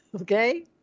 Okay